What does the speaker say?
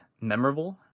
memorable